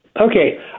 Okay